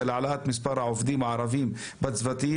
העלאת מספר העובדים הערביים בצוותים.